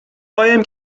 قایم